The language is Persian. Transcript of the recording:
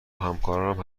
همکارانم